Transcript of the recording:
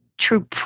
true